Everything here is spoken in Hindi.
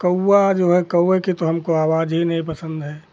कौआ जो है कौआ की तो हमें आवाज़ ही नहीं पसन्द है